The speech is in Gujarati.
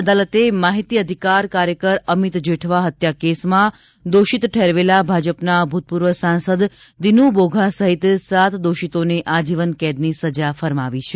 અદાલતે માહિતી અધિકાર કાર્યકર અમીત જેઠવા હત્યા કેસમાં દોષિત ઠેરવેલા ભાજપના ભૂતપૂર્વ સાંસદ દિનુ બોધા સહિત સાત દોષિતોને આજીવન કેદની સજા ફરમાવી છે